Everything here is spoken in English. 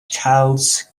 charles